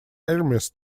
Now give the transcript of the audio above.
armies